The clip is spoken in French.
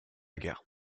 guerre